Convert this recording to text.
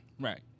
Right